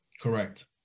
Correct